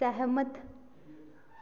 सैह्मत